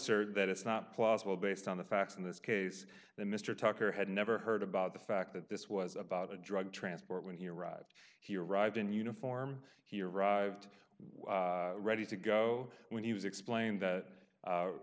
t that it's not plausible based on the facts in this case that mr tucker had never heard about the fact that this was about a drug transport when he arrived he arrived in uniform he arrived well ready to go when he was explained that